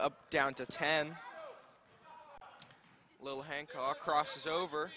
up down to ten little hancock crosses over